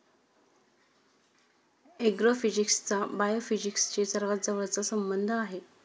ऍग्रोफिजिक्सचा बायोफिजिक्सशी सर्वात जवळचा संबंध आहे